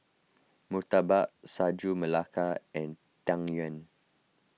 Murtabak Sagu Melaka and Tang Yuen